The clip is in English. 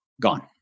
Gone